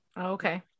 Okay